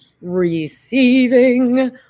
receiving